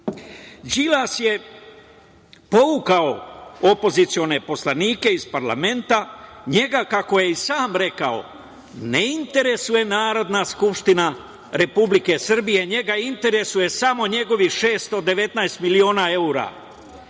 je povukao opozicione poslanike iz parlamenta. Njega, kako je i sam rekao, ne interesuje Narodna Skupština Republike Srbije, njega interesuje samo njegovih 619 miliona evra,